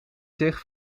zich